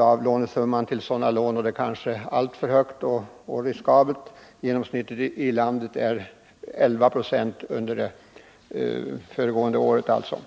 av lånesumman på sådana lån. Det kanske är alltför mycket och alltför riskabelt. Genomsnittet i landet var under det föregående året 11 26.